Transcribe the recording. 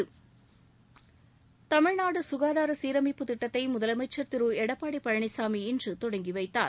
தமிழ்நாடு சுகாதார சீரமைப்புத் திட்டத்தை முதலமைச்சா் திரு எடப்பாடி பழனிசாமி இன்று தொடங்கி வைத்தார்